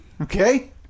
Okay